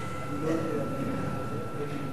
שיעורם היחסי של הסטודנטים